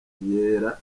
yera